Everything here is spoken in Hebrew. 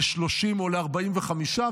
ל-30 או ל-45,